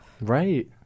Right